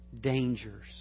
dangers